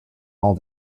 all